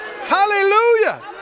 Hallelujah